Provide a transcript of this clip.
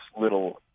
little